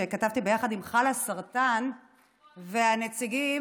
שכתבתי יחד עם חלאסרטן ועם הנציגים,